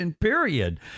period